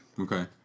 Okay